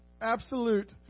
Absolute